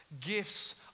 gifts